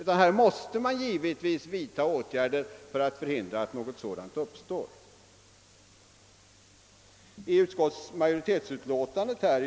Åtgärder måste vidtas för att hindra en sådan utveckling.